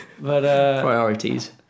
Priorities